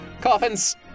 Coffins